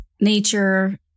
Nature